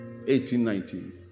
18-19